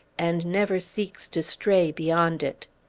and never seeks to stray beyond it!